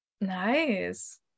Nice